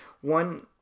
one